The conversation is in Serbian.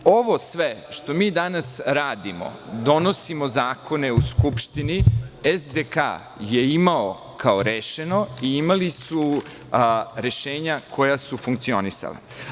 Ovo sve što mi danas radimo, donosimo zakone u Skupštini, SDK je imao kao rešeno i imali su rešenja koja su funkcionisala.